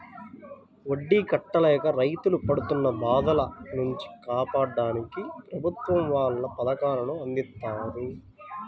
వడ్డీ కట్టలేక రైతులు పడుతున్న బాధల నుంచి కాపాడ్డానికి ప్రభుత్వం వాళ్ళు పథకాలను అందిత్తన్నారు